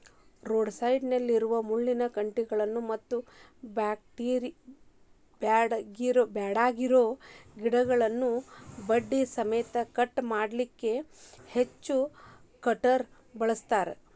road ಸೈಡ್ನ್ಯಾಗಿರೋ ಮುಳ್ಳಿನ ಕಂಟಿಗಳನ್ನ ಮತ್ತ್ ಬ್ಯಾಡಗಿರೋ ಗಿಡಗಳನ್ನ ಬಡ್ಡಿ ಸಮೇತ ಕಟ್ ಮಾಡ್ಲಿಕ್ಕೆ ಹೆಡ್ಜ್ ಕಟರ್ ಬಳಸ್ತಾರ